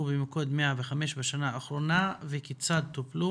במוקד 105 בשנה האחרונה וכיצד טופלו